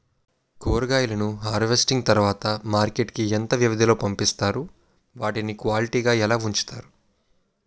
కూరగాయలను హార్వెస్టింగ్ తర్వాత మార్కెట్ కి ఇంత వ్యవది లొ పంపిస్తారు? వాటిని క్వాలిటీ గా ఎలా వుంచుతారు?